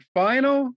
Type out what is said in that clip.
final